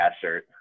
shirt